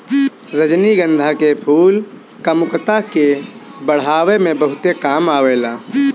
रजनीगंधा के फूल कामुकता के बढ़ावे में बहुते काम आवेला